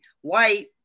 white